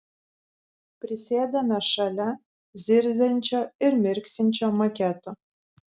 prisėdame šalia zirziančio ir mirksinčio maketo